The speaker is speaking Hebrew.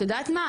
את יודעת מה?